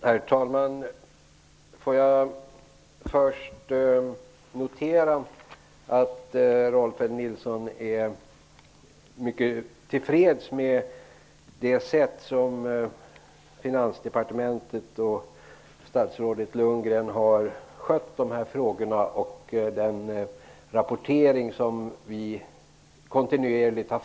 Herr talman! Låt mig först notera att Rolf L Nilson är mycket till freds med det sätt som Finansdepartementet och statsrådet Bo Lundgren skött dessa frågor och med den rapportering som kammaren kontinuerligt fått.